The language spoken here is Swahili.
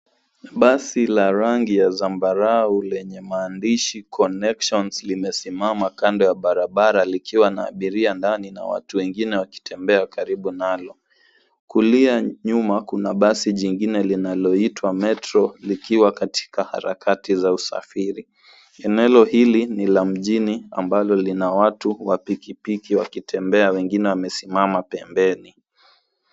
Basi ya rangi ya zambarau lenye maandishi Connections limesimama kando ya barabara likiwa na abiria ndani na watu wengine wakitembea karibu nalo. Kulia nyuma kuna basi jingine linaloitwa Metro likiwa katika harakati za usafiri. Eneo hili ni la mjini ambalo lina watu wa piki piki wakitembea wengine wamesimama pembeni.